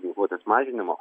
ginkluotės mažinimo